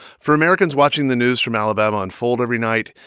for americans watching the news from alabama unfold every night,